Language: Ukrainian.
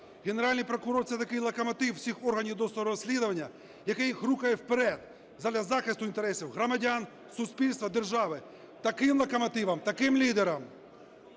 Генеральний прокурор – це такий локомотив всіх органів досудового розслідування, який їх рухає вперед задля захисту інтересів громадян, суспільства, держави. Таким локомотивом, таким лідером